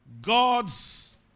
God's